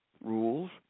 rules